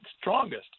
strongest